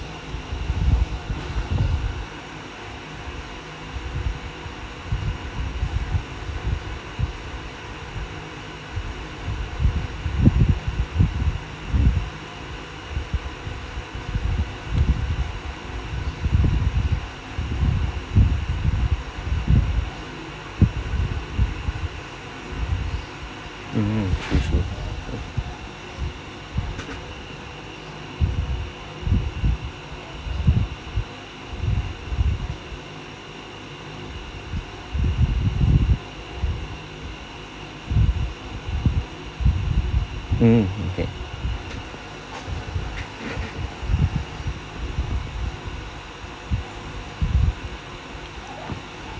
mm okay mmhmm